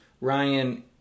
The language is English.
Ryan